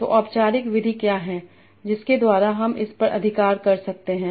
तो औपचारिक विधि क्या है जिसके द्वारा हम इस पर अधिकार कर सकते हैं